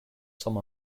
some